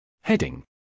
Heading